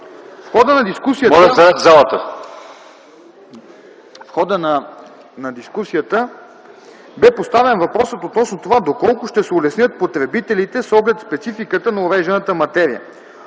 В хода на дискусията бе поставен въпросът относно това доколко ще се улеснят потребителите с оглед спецификата на урежданата материя.